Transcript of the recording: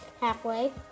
Halfway